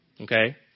Okay